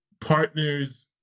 partners